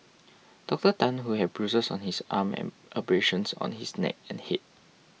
Dr Tan who had bruises on his arm and abrasions on his neck and head